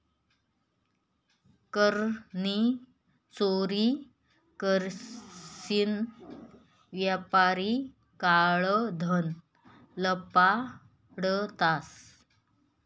कर नी चोरी करीसन यापारी काळं धन लपाडतंस